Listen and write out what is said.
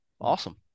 awesome